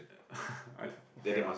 I okay ah